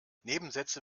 nebensätze